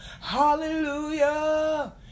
Hallelujah